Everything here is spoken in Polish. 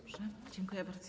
Dobrze, dziękuję bardzo.